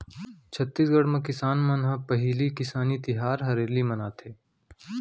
छत्तीसगढ़ म किसान मन ह पहिली किसानी तिहार हरेली मनाथे